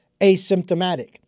asymptomatic